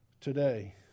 today